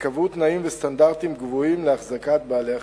שקבעו תנאים וסטנדרטים גבוהים לאחזקת בעלי-החיים.